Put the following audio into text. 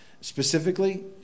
specifically